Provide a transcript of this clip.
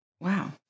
Wow